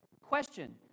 Question